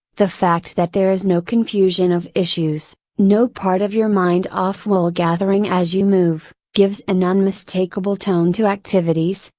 the fact that there is no confusion of issues, no part of your mind off woolgathering as you move, gives an unmistakable tone to activities,